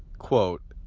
quote,